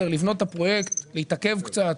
לבנות את הפרויקט, להתעכב קצת.